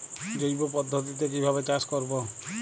জৈব পদ্ধতিতে কিভাবে চাষ করব?